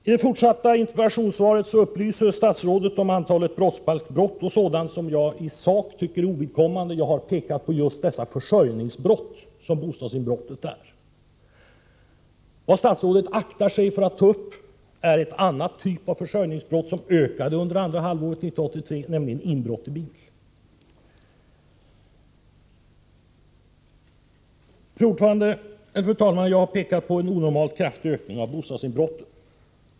I det fortsatta interpellationssvaret upplyser statsrådet om antalet brottsbalksbrott och annat som jag i sak tycker är ovidkommande. Jag har pekat på dessa försörjningsbrott, som bostadsinbrott är. Statsrådet aktar sig för att ta upp en annan typ av försörjningsbrott som ökade under andra halvåret 1983, nämligen inbrott i bil. Fru talman! Jag har pekat på en onormalt kraftig ökning av bostadsinbrotten.